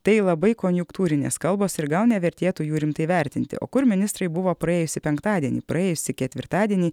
tai labai konjunktūrinės kalbos ir gal nevertėtų jų rimtai vertinti o kur ministrai buvo praėjusį penktadienį praėjusį ketvirtadienį